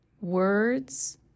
words